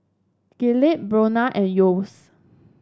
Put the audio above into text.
Gillette Bonia and Yeo's